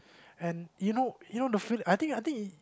and you know you know the feel I think I think